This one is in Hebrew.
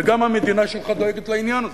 וגם המדינה שלך דואגת לעניין הזה.